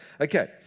Okay